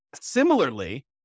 Similarly